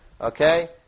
okay